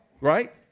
Right